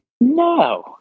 No